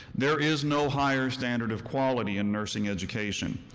there is no higher standard of quality in nursing education.